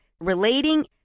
relating